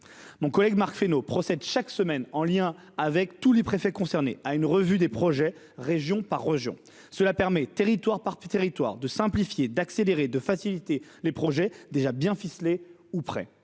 Mon collègue Marc Fesneau procède chaque semaine, en lien avec tous les préfets concernés, à une revue des projets, région par région. Cela permet, territoire par territoire, de simplifier, d'accélérer, de faciliter les projets déjà bien ficelés ou prêts.